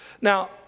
Now